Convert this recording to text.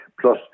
plus